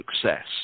success